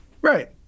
Right